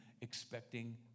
expecting